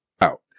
out